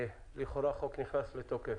לכאורה החוק נכנס לתוקף.